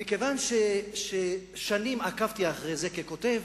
מכיוון ששנים עקבתי אחרי זה ככותב,